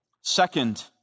Second